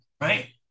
right